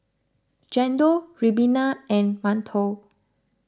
Chendol Ribena and Mantou